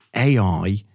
AI